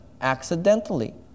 accidentally